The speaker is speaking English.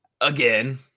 again